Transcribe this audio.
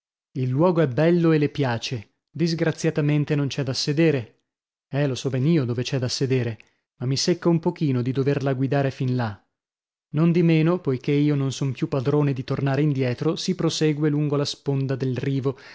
il luogo è bello e le piace disgraziatamente non c'è da sedere eh lo so ben io dove c'è da sedere ma mi secca un pochino di doverla guidare fin là nondimeno poichè io non son più padrone di tornare indietro si prosegue lungo la sponda del rivo